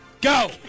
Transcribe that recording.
Go